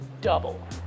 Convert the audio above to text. Double